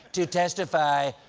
to testify.